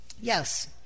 Yes